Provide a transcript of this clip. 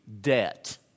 Debt